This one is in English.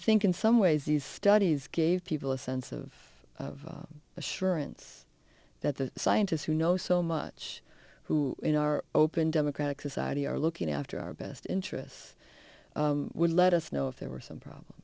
think in some ways these studies gave people a sense of assurance that the scientists who know so much who in our open democratic society are looking after our best interests would let us know if there were some problems